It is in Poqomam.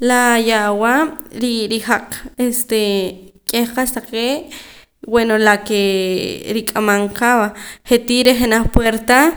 La yawaab' ri rijaq este k'eh qa'sa taqee' bueno la kee rik'amam ka va je'tii reh jenaj puerta